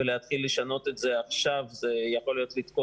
ולהתחיל לשנות את זה עכשיו יכול לתקוע